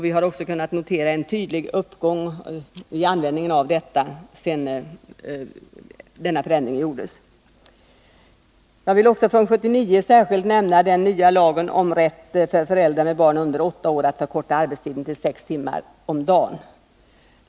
Vi har också kunnat notera en tydlig uppgång av antalet beviljade bidrag sedan denna förändring gjordes. Från 1979 vill jag slutligen nämna den nya lagen om rätt för föräldrar med barn under 8 år att förkorta arbetstiden till 6 timmar om dagen.